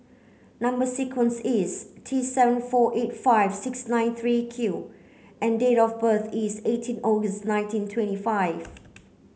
number sequence is T seven four eight five six nine three Q and date of birth is eighteen August nineteen twenty five